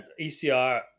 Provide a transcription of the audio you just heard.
ECR